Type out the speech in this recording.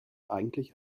eigentlich